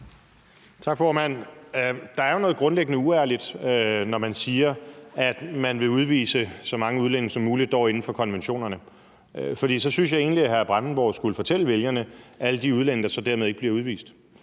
Tak, formand. Der er jo noget grundlæggende uærligt over det, når man siger, at man vil udvise så mange udlændinge som muligt, dog inden for konventionerne, for så synes jeg egentlig, hr. Bjørn Brandenborg skulle fortælle vælgerne om alle de udlændinge, der så dermed ikke bliver udvist.